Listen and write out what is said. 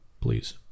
please